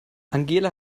angela